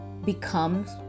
becomes